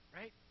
right